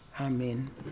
Amen